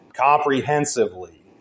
comprehensively